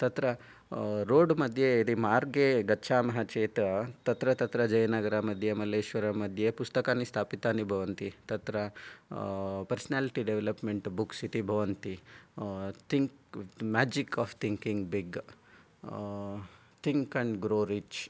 तत्र रोड् मध्ये यदि मार्गे गच्छामः चेत् तत्र तत्र जयनगरमध्ये मल्लेश्वरमध्ये पुस्तकानि स्थापितानि भवन्ति तत्र पर्स्नाल्टि डेवेलप्मेन्ट् बुक्स् इति भवन्ति think magic of thinking big think and grow rich